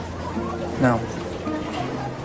no